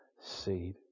seed